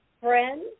Friends